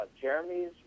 Jeremy's